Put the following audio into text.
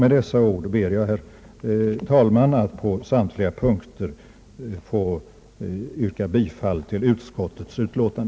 Med dessa ord ber jag, herr talman, att på samtliga punkter få yrka bifall till utskottets förslag.